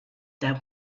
there